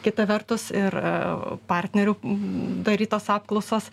kita vertus ir partnerių darytos apklausos